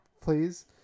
please